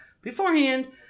beforehand